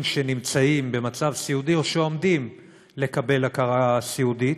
גישה חופשית לאנשים שנמצאים במצב סיעודי או שעומדים לקבל הכרה סיעודית,